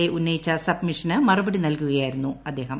A ഉന്നയിച്ച സബ്മിഷന് മറുപടി നൽകുകയായിരുന്നു അദ്ദേഹം